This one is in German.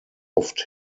oft